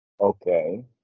Okay